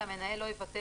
המנהל לא יבטל,